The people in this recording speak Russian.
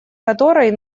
которой